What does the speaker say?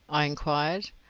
i enquired.